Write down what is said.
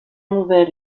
nouvel